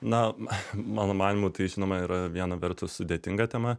na mano manymu tai žinoma yra viena vertus sudėtinga tema